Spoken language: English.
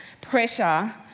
pressure